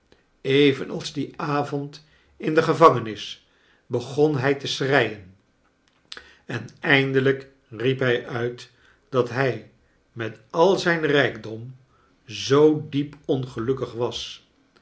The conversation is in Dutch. liefde evenals dien avond in de gevangenis begon hfj te schreien en eindelijk riep hij nit dat hij met al zijn rijkdom zoo diep ongelukkig was